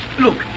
Look